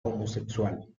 homosexual